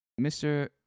Mr